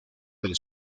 del